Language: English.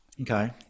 Okay